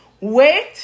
wait